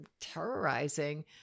terrorizing